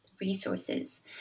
resources